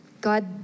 God